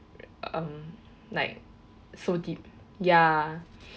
um like so deep ya